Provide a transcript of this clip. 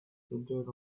centered